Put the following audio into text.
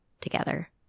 together